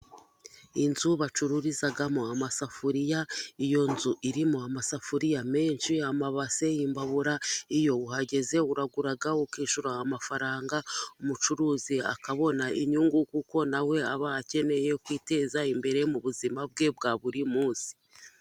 Inzu bacururizamo amasafuriya, iyo nzu irimo amasafuriya menshi, amabase, imbabura, iyo uhageze uragura ukishyura amafaranga, umucuruzi akabona inyungu, kuko nawe aba akeneye kwiteza imbere, mu buzima bwe bwa buri munsi.